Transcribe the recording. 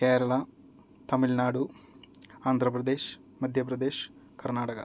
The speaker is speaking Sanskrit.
केरलं तमिल्नाडु आन्ध्रप्रदेश् मध्यप्रदेश् कर्णाटका